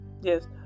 yes